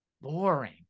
boring